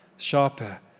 sharper